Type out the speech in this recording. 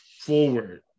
forward